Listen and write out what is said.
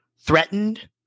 threatened